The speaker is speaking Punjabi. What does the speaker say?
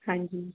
ਹਾਂਜੀ